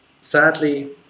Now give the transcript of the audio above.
Sadly